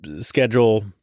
schedule